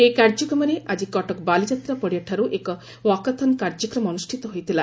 ଏହି କାର୍ଯ୍ୟକ୍ରମରେ ଆକି କଟକ ବାଲିଯାତ୍ରା ପଡ଼ିଆଠାରୁ ଏକ ୱାକାଥନ କାର୍ଯ୍ୟକ୍ରମ ଅନୁଷିତ ହୋଇଥିଲା